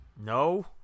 no